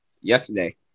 yesterday